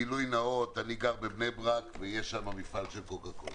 בגילוי נאות אני רוצה לומר שאני גר בבני ברק ויש שם מפעל של קוקה קולה.